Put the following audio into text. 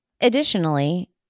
Additionally